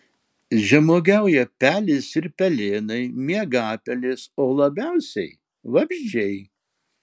žemuogiauja pelės ir pelėnai miegapelės o labiausiai vabzdžiai